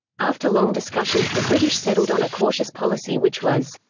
after long discussions the british settled on a cautious policy which was,